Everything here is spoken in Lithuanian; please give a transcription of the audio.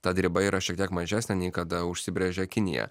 tad riba yra šiek tiek mažesnė nei kada užsibrėžė kinija